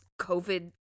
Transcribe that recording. COVID